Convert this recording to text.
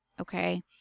okay